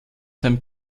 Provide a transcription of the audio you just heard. sein